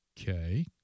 Okay